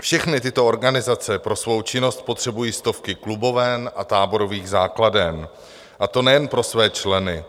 Všechny tyto organizace pro svou činnost potřebují stovky kluboven a táborových základen, a to nejen pro své členy.